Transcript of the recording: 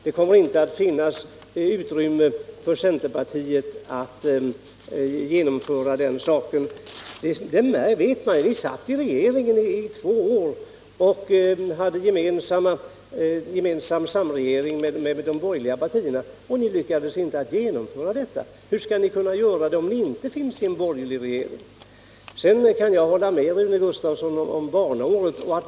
Det kommer inte att finnas utrymme för centerpartiet att genomföra den saken. Ni satt ju i regeringsställning i två år tillsammans med de övriga borgerliga partierna, men ni lyckades ju inte. Hur skall ni kunna göra detta, om ni inte sitter i en borgerlig regering? När det gäller barnåret kan jag hålla med Rune Gustavsson.